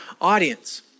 audience